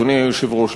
אדוני היושב-ראש,